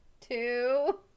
Two